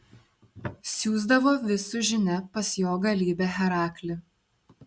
siųsdavo vis su žinia pas jo galybę heraklį